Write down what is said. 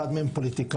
אחד מהם פוליטיקאי,